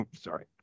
Sorry